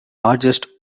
largest